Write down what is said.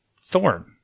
thorn